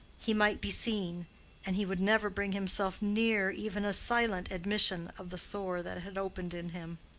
he might be seen and he would never bring himself near even a silent admission of the sore that had opened in him.